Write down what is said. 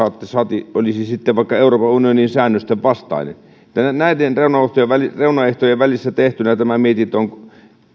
saati olisi sitten euroopan unionin säännösten vastainen näiden reunaehtojen välissä tehtynä tämä mietintö on